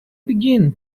begin